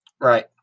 Right